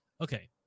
Okay